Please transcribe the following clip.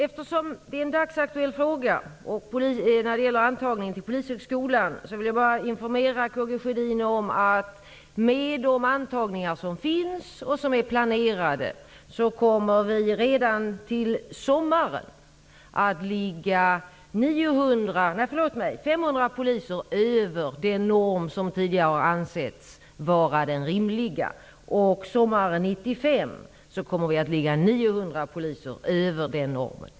Eftersom antagningen till Polishögskolan är en dagsaktuell fråga, vill jag bara informera K G Sjödin om att de antagningar som nu görs och som planeras innebär att antalet poliser redan till sommaren kommer att ligga 500 över den norm som tidigare har ansetts vara rimlig. Till sommaren 1995 kommer antalet poliser att ligga 900 över den normen.